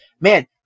man